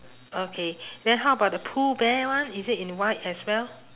okay then how about the pooh bear one is it in white as well